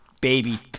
baby